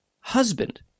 husband